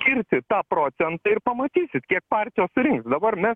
skirti tą procentą ir pamatysit kiek partijos surinks dabar mes